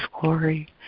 glory